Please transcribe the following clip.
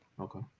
Okay